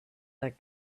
that